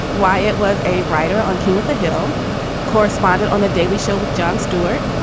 why? it was a writer on king of the hill corresponded on the daily show with jon stewart.